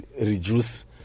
reduce